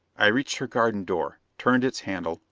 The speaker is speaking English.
i reached her garden door. turned its handle.